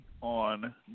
On